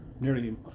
nearly